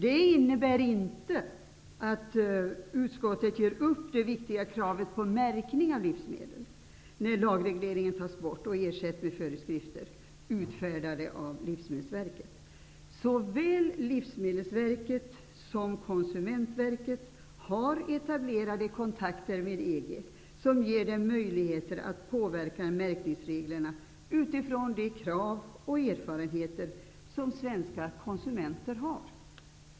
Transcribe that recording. Det innebär inte att utskottet ger upp det viktiga kravet på märkning av livsmedel, när lagreglering tas bort och ersätter föreskrifter utfärdade av Konsumentverket har etablerade kontakter med EG, vilka ger dem möjligheter att påverka märkesreglerna utifrån de krav och de erfarenheter som svenska konsumenter har.